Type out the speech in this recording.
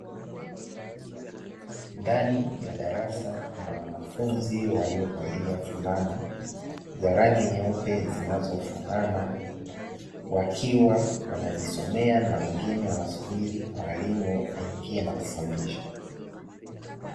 Ndani ya darasa kuna wanafunzi waliovalia fulana za rangi nyeupe zinazofanana, wakiwa wanajisomea na wengine wanasubiri mwalimu aingie na kufundisha.